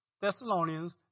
Thessalonians